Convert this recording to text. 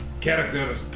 character